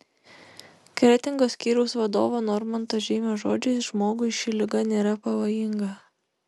kretingos skyriaus vadovo normanto žeimio žodžiais žmogui ši liga nėra pavojinga